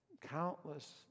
countless